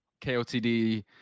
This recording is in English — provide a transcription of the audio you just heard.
KOTD